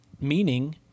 Meaning